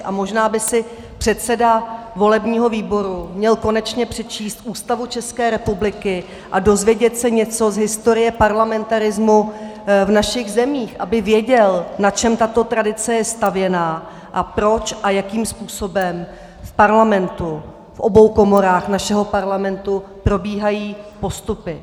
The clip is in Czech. A možná by si předseda volebního výboru měl konečně přečíst Ústavu České republiky a dozvědět se něco z historie parlamentarismu v našich zemích, aby věděl, na čem tato tradice je stavěná a proč a jakým způsobem v Parlamentu, v obou komorách našeho Parlamentu, probíhají postupy.